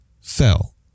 fell